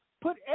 Put